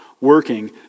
working